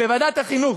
בוועדת החינוך.